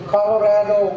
Colorado